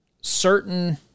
certain